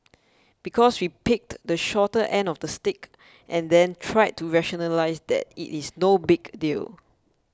because we picked the shorter end of the stick and then tried to rationalise that it is no big deal